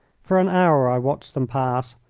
for an hour i watched them pass,